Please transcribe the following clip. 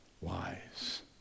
wise